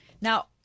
Now-